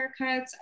haircuts